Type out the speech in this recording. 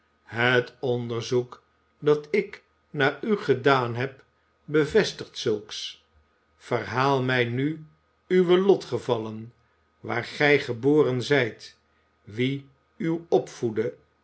het onderzoek dat ik naar u gedaan heb bevestigt zulks verhaal mij nu uwe lotgevallen waar gij geboren zijt wie u opvoedde